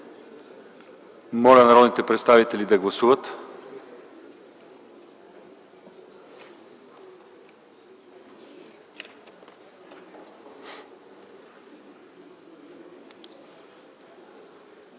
Моля народните представители да гласуват.